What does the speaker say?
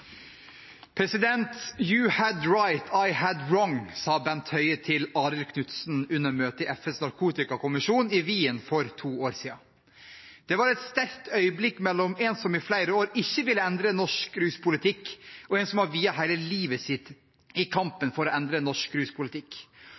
I had wrong» sa Bent Høie til Arild Knutsen under møtet i FNs narkotikakommisjon i Wien for to år siden. Det var et sterkt øyeblikk mellom en som i flere år ikke ville endre norsk ruspolitikk, og en som har viet hele livet sitt